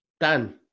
Dan